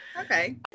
Okay